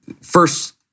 First